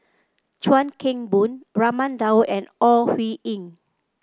Chuan Keng Boon Raman Daud and Ore Huiying